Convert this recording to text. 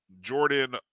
Jordan